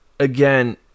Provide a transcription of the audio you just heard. Again